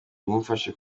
yamufashe